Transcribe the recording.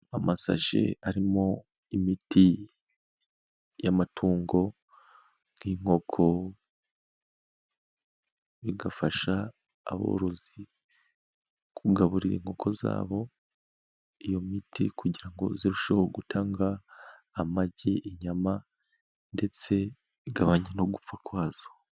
Amasashi arimo imiti y'amatungo nk'inkoko, bigafasha aborozi kugaburira inkoko zabo iyo miti kugira ngo zirusheho gutanga amagi, inyama ndetse igabanya no gupfa kwazo.